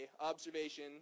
observation